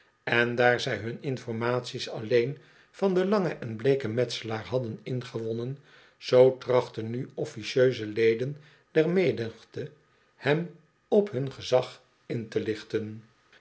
en daar zij hun informaties alleen van den langen en bloeken metselaar hadden ingewonnen zoo trachtten nu officieuse leden der menigte hem op hun gezag in te lichten